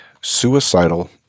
suicidal